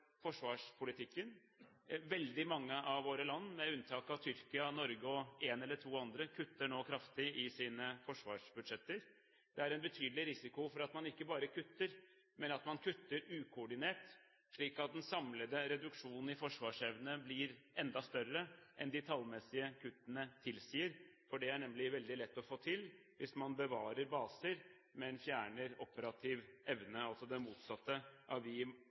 forsvarspolitikken. Veldig mange av våre land, med unntak av Tyrkia, Norge og ett eller to andre, kutter nå kraftig i sine forsvarsbudsjetter. Det er en betydelig risiko for at man ikke bare kutter, men at man kutter ukoordinert, slik at den samlede reduksjonen i forsvarsevne blir enda større enn de tallmessige kuttene tilsier. Det er nemlig veldig lett å få til hvis man bevarer baser, men fjerner operativ evne – altså det motsatte av hva vi